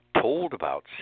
told-about